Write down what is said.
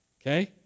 Okay